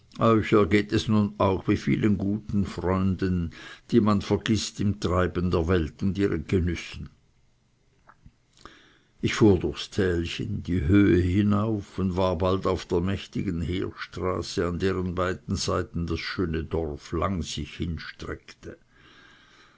ergeht es nun auch wie vielen guten freunden die man vergißt im treiben der welt und ihren genüssen ich fuhr durchs tälchen die höhe hinauf und war bald auf der mächtigen heerstraße an deren beiden seiten das schöne dorf lang sich hinstreckte